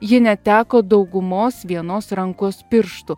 ji neteko daugumos vienos rankos pirštų